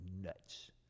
nuts